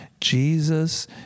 Jesus